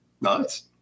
Nice